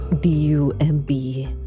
d-u-m-b